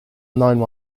nine